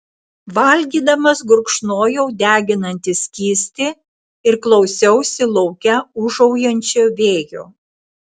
valgydamas gurkšnojau deginantį skystį ir klausiausi lauke ūžaujančio vėjo